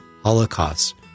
holocaust